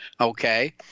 okay